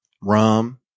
Rum